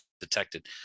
detected